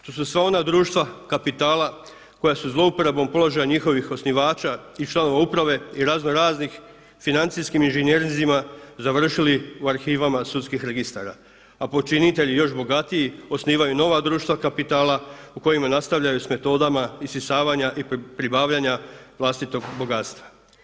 To su sva ona društva kapitala koja su zlouporabom položaja njihovih osnivača i članova uprave i razno raznih financijskim inženjerinizima završili u arhivama sudskih registara, a počinitelji još bogatiji osnivaju nova društva kapitala u kojima nastavljaju sa metodama isisavanja i pribavljanja vlastitog bogatstva.